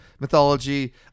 mythology